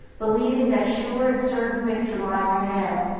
believing that sure and certain victory lies ahead.